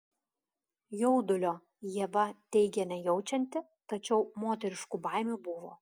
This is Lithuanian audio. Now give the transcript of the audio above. jaudulio ieva teigė nejaučianti tačiau moteriškų baimių buvo